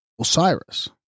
Osiris